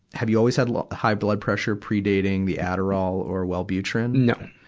have you always had lo, high blood pressure predating the adderall or wellbutrin? no.